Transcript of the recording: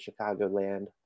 chicagoland